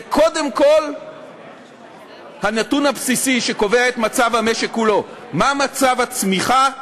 זה קודם כול הנתון הבסיסי שקובע את מצב המשק כולו: מה מצב הצמיחה,